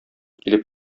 килеп